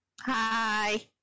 Hi